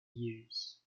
years